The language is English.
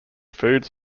foods